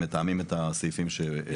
שמתאמים את הסעיפים שמפריעים לנו.